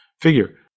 figure